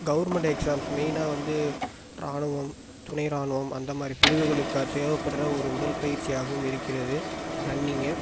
government exams மெயினாக வந்து ராணுவம் துணைராணுவம் அந்த மாதிரி பிரிவுகளுக்கு தேவைப்பட்ற ஒரு உடற்பயிற்சியாகவும் இருக்கிறது ரன்னிங்